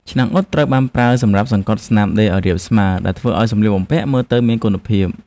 ឆ្នាំងអ៊ុតត្រូវបានប្រើសម្រាប់សង្កត់ស្នាមដេរឱ្យរាបស្មើ ដែលធ្វើឱ្យសម្លៀកបំពាក់មើលទៅមានគុណភាព ។